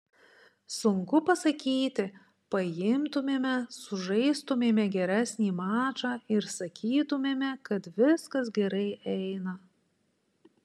sunku pasakyti paimtumėme sužaistumėme geresnį mačą ir sakytumėme kad viskas gerai eina